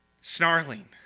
snarling